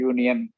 Union